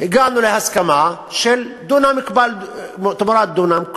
הגענו להסכמה של דונם תמורת דונם.